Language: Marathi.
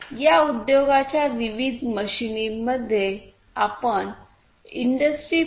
या उद्योगांच्या विविध मशीनींमध्ये आपण इंडस्ट्री 4